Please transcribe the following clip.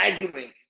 argument